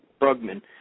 Brugman